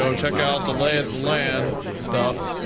so check out the lay of the land and stuff.